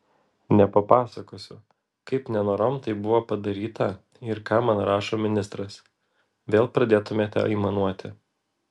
nepasakosiu kaip nenorom tai buvo padaryta ir ką man rašo ministras vėl pradėtumėte aimanuoti